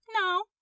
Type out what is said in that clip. No